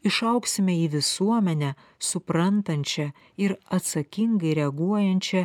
išaugsime į visuomenę suprantančią ir atsakingai reaguojančią